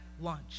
lunch